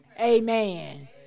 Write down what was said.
Amen